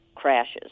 crashes